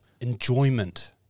enjoyment